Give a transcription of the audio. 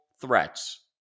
threats